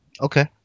Okay